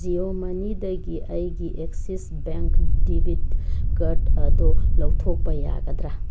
ꯖꯤꯑꯣ ꯃꯅꯤꯗꯒꯤ ꯑꯩꯒꯤ Axis bank debit card ꯑꯗꯣ ꯂꯧꯊꯣꯛꯄ ꯌꯥꯒꯗ꯭ꯔꯥ